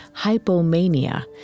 hypomania